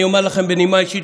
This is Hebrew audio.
אני אומר לכם בנימה אישית,